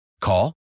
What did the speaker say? Call